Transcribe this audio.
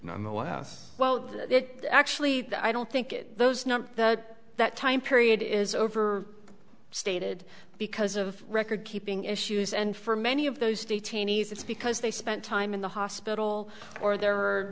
nonetheless well actually i don't think it those numbers that time period is over stated because of record keeping issues and for many of those detainees it's because they spent time in the hospital or the